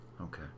Okay